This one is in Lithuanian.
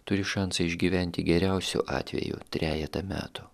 turi šansą išgyventi geriausiu atveju trejetą metų